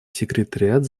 секретариат